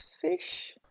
fish